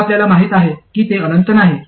आता आपल्याला माहित आहे की ते अनंत नाही